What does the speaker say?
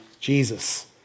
Jesus